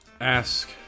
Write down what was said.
ask